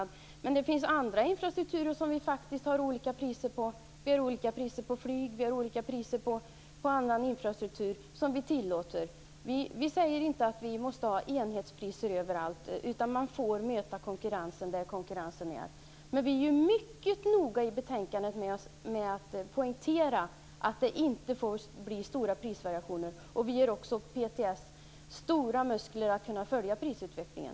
Det finns andra infrastrukturer där man faktiskt tillåter olika priser, t.ex. flyg. Vi i Socialdemokraterna säger inte att vi måste ha enhetspriser överallt, utan man får möta konkurrensen där den finns. Men i betänkandet poängteras mycket noggrant att det inte får bli stora prisvariationer, och PTS ges stora muskler för att kunna följa prisutvecklingen.